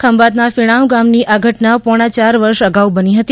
ખંભાત ના ફિણાવ ગામ ની આ ઘટના પોણા ચાર વર્ષ અગાઉ બની હતી